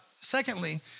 Secondly